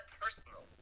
personal